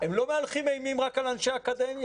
הם לא מהלכים אימים רק על אנשי אקדמיה,